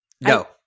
no